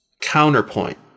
Counterpoint